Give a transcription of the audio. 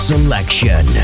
Selection